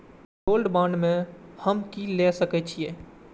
Gold bond में हम की ल सकै छियै?